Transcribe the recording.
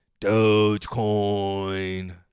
Dogecoin